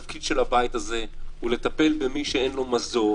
תפקיד הבית הזה הוא לטפל במי שאין לו מזור,